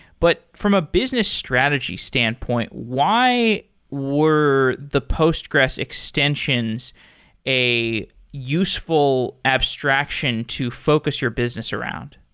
but from a business strategy standpoint, why were the postgres extensions a useful abstraction to focus your business around?